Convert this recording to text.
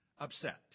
upset